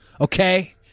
Okay